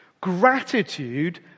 Gratitude